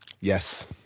Yes